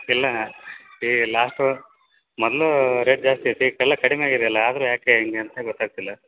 ಎಲ್ಲ ಏಯ್ ಲಾಸು ಮೊದ್ಲು ರೇಟ್ ಜಾಸ್ತಿ ಇತ್ತು ಈಗ ಎಲ್ಲ ಕಡಿಮೆ ಆಗಿದೆಯಲ್ಲ ಆದರೂ ಯಾಕೆ ಹಿಂಗೆ ಅಂತ ಗೊತ್ತಾಗ್ತಿಲ್ಲ